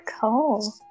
Cool